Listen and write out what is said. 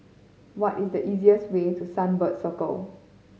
what is the easiest way to Sunbird Circle